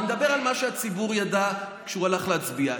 אני מדבר על מה שהציבור ידע כשהוא הלך להצביע,